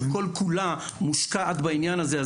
שכל כולה מושקעת בעניין הזה,